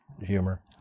humor